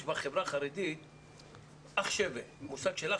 יש במגזר החרדי מושג של ....